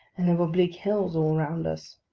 and there were bleak hills all round us.